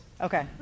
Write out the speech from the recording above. okay